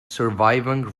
surviving